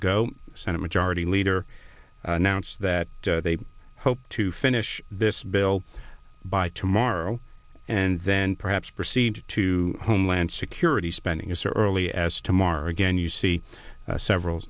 ago senate majority leader announced that they hope to finish this bill by tomorrow and then perhaps proceed to homeland security spending a surly as tomorrow again you see several